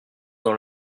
dans